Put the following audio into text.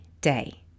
day